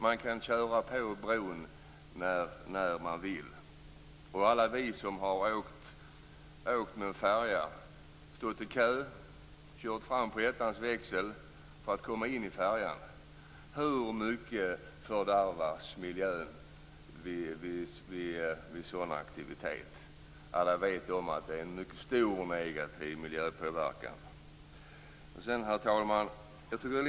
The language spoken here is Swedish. Man kan köra på bron när man vill. Alla vi som har åkt med en färja har också stått i kö och kört fram på ettans växel för att komma in i färjan. Hur mycket fördärvas miljön vid sådana aktiviteter? Alla vet om att det ger en mycket stor negativ miljöpåverkan. Herr talman!